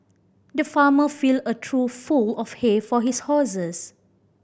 the farmer filled a trough full of hay for his horses